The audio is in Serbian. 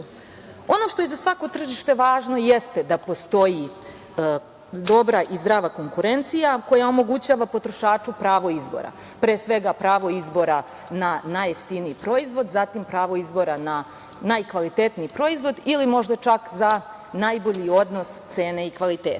što je za svako tržište važno jeste da postoji dobra i zdrava konkurencija koja omogućava potrošaču pravo izbora, pre svega pravo izbora na najjeftiniji proizvod, zatim pravo izbora na najkvalitetniji proizvod ili možda čak za najbolji odnos cene i kvaliteta.